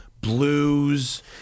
blues